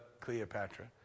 Cleopatra